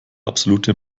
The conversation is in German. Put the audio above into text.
absolute